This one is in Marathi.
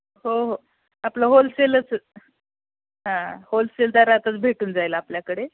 हो हो आपलं होलसेलच हां होलसेल दरातच भेटून जाईल आपल्याकडे